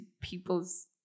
people's